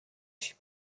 suis